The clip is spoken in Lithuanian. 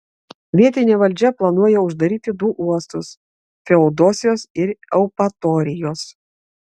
vietinė valdžia planuoja uždaryti du uostus feodosijos ir eupatorijos